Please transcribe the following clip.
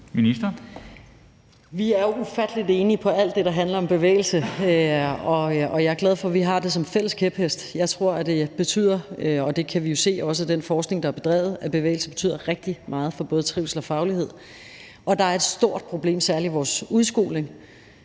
er ufattelig enige om alt det, der handler om bevægelse, og jeg er glad for, at vi har det som en fælles kæphest. Jeg tror, at bevægelse betyder – og det kan vi jo også se på den forskning, der er bedrevet – rigtig meget for både trivsel og faglighed. Og der er et stort problem, særlig i vores udskoling,